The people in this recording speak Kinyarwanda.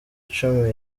icumi